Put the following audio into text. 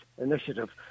initiative